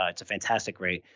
ah it's a fantastic rate.